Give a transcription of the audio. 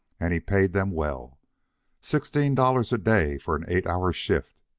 and he paid them well sixteen dollars a day for an eight-hour shift,